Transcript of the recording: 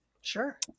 Sure